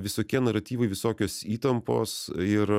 visokie naratyvai visokios įtampos ir